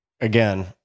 again